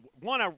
one